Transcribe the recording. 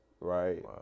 right